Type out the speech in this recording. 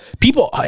People